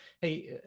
Hey